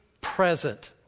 present